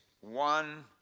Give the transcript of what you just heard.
one